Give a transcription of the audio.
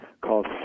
called